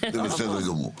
זה בסדר גמור.